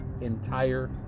entire